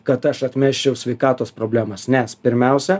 kad aš atmesčiau sveikatos problemas nes pirmiausia